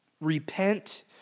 repent